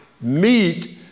meet